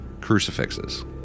crucifixes